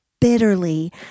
bitterly